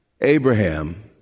Abraham